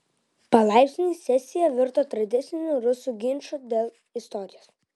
palaipsniui sesija virto tradiciniu rusų ginču dėl istorijos